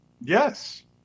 Yes